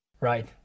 right